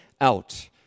out